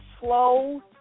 slow